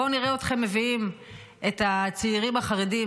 בואו נראה אתכם מביאים את הצעירים החרדים